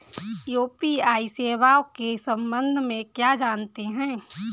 UPI सेवाओं के संबंध में क्या जानते हैं?